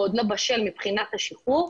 הוא עוד לא בשל מבחינת השחרור,